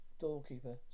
doorkeeper